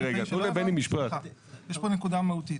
יש פה נקודה מהותית.